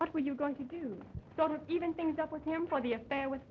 what were you going to do not even things up with him for the affair with